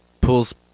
pulls